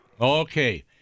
Okay